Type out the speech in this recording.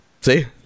See